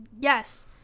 Yes